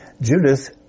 Judith